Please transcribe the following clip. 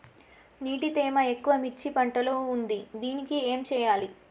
నీటి తేమ ఎక్కువ మిర్చి పంట లో ఉంది దీనికి ఏం చేయాలి?